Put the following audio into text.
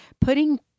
putting